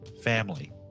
family